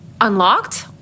unlocked